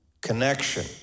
connection